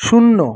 শূন্য